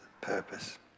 purpose